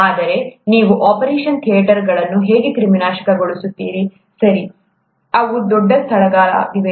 ಆದರೆ ನೀವು ಆಪರೇಷನ್ ಥಿಯೇಟರ್ಗಳನ್ನು ಹೇಗೆ ಕ್ರಿಮಿನಾಶಕಗೊಳಿಸುತ್ತೀರಿ ಸರಿ ಅವು ದೊಡ್ಡ ಸ್ಥಳಗಳಾಗಿವೆ